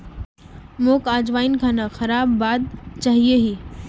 मोक अजवाइन खाना खाबार बाद चाहिए ही